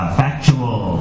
factual